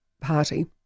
Party